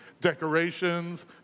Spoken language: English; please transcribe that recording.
Decorations